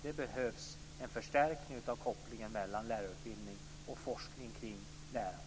Det behövs en förstärkning av kopplingen mellan lärarutbildning och forskning kring lärande.